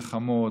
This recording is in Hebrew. מלחמות,